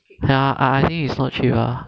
!aiya! I think we saw cheap lah